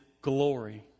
glory